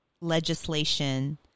legislation